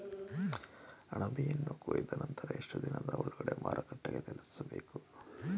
ಅಣಬೆಯನ್ನು ಕೊಯ್ದ ನಂತರ ಎಷ್ಟುದಿನದ ಒಳಗಡೆ ಮಾರುಕಟ್ಟೆ ತಲುಪಿಸಬೇಕು?